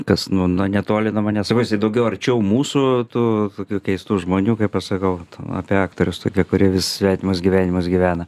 kas nu no netoli nuo manęs daugiau arčiau mūsų tų tokių keistų žmonių kaip aš sakau apie aktorius tokie kuri vis svetimus gyvenimus gyvena